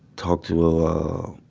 talk to, ah,